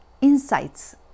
insights